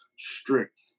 Strict